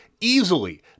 Easily